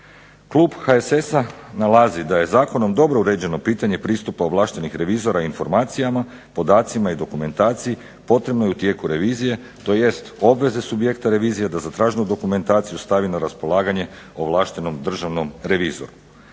Klub HSS-a nalazi da je zakonom dobro uređeno pitanje pristupa ovlaštenih revizora informacijama, podacima i dokumentaciji potrebnoj u tijeku revizije tj. obveze subjekta revizije da zatraženu dokumentaciju stavi na raspolaganje ovlaštenom državnom revizoru.